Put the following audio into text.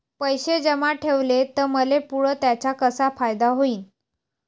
पैसे जमा ठेवले त मले पुढं त्याचा कसा फायदा होईन?